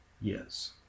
yes